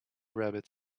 rabbit